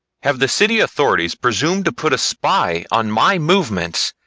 have the city authorities presumed to put a spy on my movements,